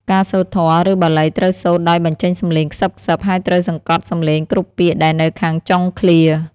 ការសូត្រធម៌ ឬបាលីត្រូវសូត្រដោយបញ្ចេញសំឡេងខ្សឹបៗ ហើយត្រូវសង្កត់សំឡេងគ្រប់ពាក្យដែលនៅខាងចុងឃ្លា។